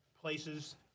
places